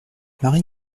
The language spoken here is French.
marie